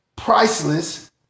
priceless